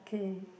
kay